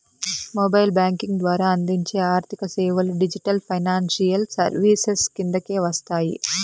mobile banking ద్వారా అందించే ఆర్థిక సేవలు డిజిటల్ ఫైనాన్షియల్ సర్వీసెస్ కిందకే వస్తాయి